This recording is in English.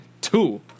Two